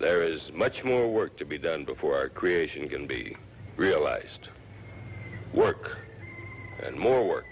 there is much more work to be done before creation can be realized work and more work